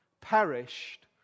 perished